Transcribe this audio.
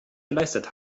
geleistet